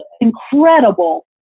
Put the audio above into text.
incredible